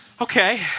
Okay